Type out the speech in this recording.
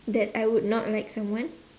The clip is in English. that I would not like someone